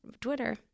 Twitter